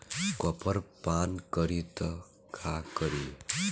Copper पान करी त का करी?